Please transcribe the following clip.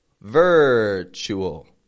Virtual